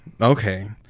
Okay